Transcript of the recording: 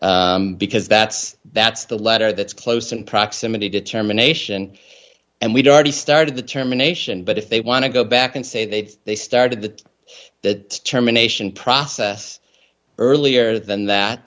sixteen because that's that's the letter that's close in proximity determination and we do already started the terminations but if they want to go back and say they've they started that that terminations process earlier than that